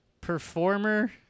performer